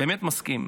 באמת מסכים.